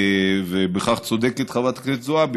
ובכך צודקת חברת הכנסת זועבי,